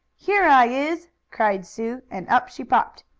here i is! cried sue, and up she popped.